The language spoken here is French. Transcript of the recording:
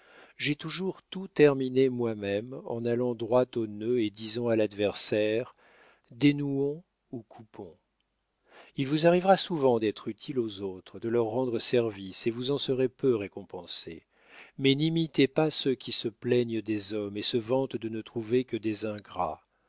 j'ai toujours tout terminé moi-même en allant droit au nœud et disant à l'adversaire dénouons ou coupons il vous arrivera souvent d'être utile aux autres de leur rendre service et vous en serez peu récompensé mais n'imitez pas ceux qui se plaignent des hommes et se vantent de ne trouver que des ingrats